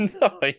No